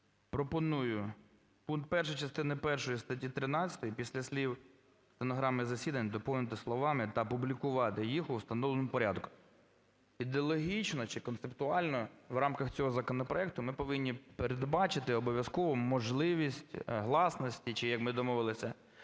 Пропоную пункт 1 частини першої статті 13 після слів "стенограми засідань" доповнити словами "та публікувати їх у встановленому порядку". Ідеологічно чи концептуально в рамках цього законопроекту ми повинні передбачити обов'язково можливість гласності чи, як ми домовилися,